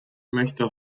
möchte